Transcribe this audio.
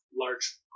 large